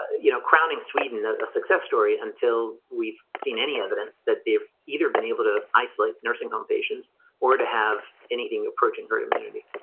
you know crowning sweden a success story until we've seen any evidence that they've either been able to isolate nursing home patients or to have anything approaching her immunity?